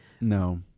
No